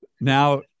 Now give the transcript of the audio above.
now